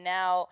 now